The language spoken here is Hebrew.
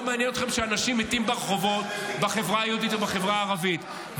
לא מעניין אתכם שאנשים מתים ברחובות בחברה היהודית ובחברה הערבית,